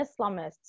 Islamists